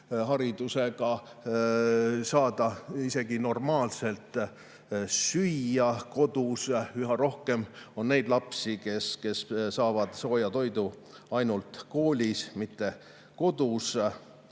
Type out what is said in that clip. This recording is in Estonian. huviharidusega, saada isegi kodus normaalselt süüa. Üha rohkem on neid lapsi, kes saavad sooja toitu ainult koolis, mitte kodus.